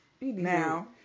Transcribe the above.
Now